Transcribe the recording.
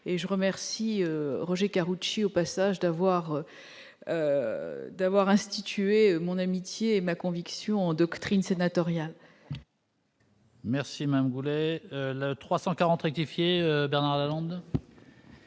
et je remercie Roger Karoutchi au passage d'avoir d'avoir institué mon amitié et ma conviction endoctrine sénatoriales. Merci même voulait le 340 rectifier Bernard en.